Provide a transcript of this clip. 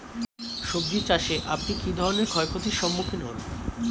সবজী চাষে আপনি কী ধরনের ক্ষয়ক্ষতির সম্মুক্ষীণ হন?